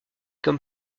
comme